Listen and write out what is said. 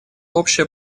общее